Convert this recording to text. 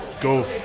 Go